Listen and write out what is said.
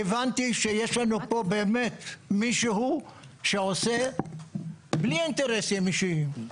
הבנו שיש לנו פה מישהו שבאמת עושה בלי אינטרסים אישיים,